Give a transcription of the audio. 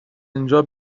اینجا